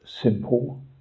simple